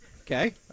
Okay